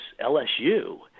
LSU